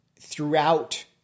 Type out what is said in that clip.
throughout